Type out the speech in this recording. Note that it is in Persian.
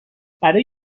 برای